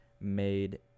made